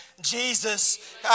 Jesus